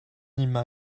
emañ